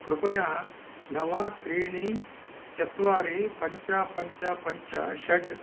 कृपया नव त्रीणि चत्वारि पञ्च पञ्च पञ्च षड्